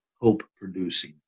hope-producing